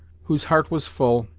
whose heart was full,